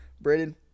braden